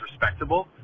respectable